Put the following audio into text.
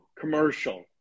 commercial